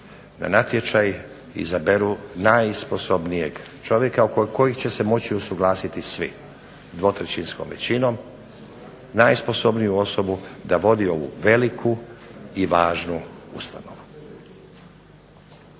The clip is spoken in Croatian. na natječaj, izaberu najsposobnijeg čovjeka oko kojeg će se moći usuglasiti svi dvotrećinskom većinom, najsposobniju osobu da vodi ovu veliku i važnu ustanovu.